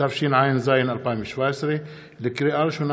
התשע"ז 2017. לקריאה ראשונה,